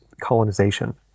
colonization